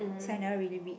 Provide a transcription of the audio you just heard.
so I never really read